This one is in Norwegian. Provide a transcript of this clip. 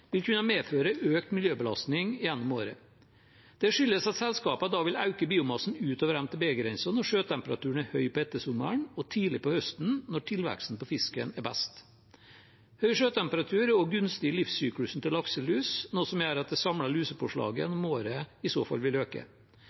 vil kunne medføre økt miljøbelastning gjennom året. Det skyldes at selskapene da vil øke biomassen utover MTB-grensen når sjøtemperaturen er høy på ettersommeren og tidlig på høsten, når tilveksten på fisken er best. Høy sjøtemperatur og den gunstige livssyklusen til lakselus gjør at det samlede lusepåslaget gjennom året i så fall vil øke.